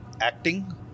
acting